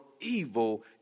evil